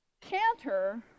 Canter